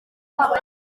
kumoka